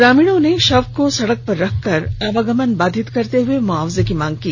ग्रामीणों ने शव को सड़क पर रखकर आवागमन को बाधित करते हुए मुआवजे की मांग की